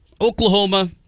Oklahoma